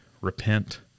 repent